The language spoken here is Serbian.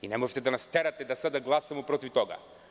Ne možete da nas terate da sada glasamo protiv toga.